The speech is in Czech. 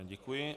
Děkuji.